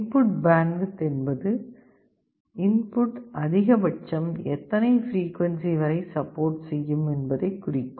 input bandwidth என்பது input அதிகபட்சம் எத்தனை பிரிக்குவன்சி வரை சப்போர்ட் செய்யும் என்பதை குறிக்கும்